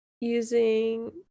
using